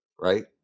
right